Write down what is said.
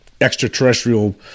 extraterrestrial